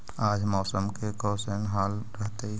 आज मौसम के कैसन हाल रहतइ?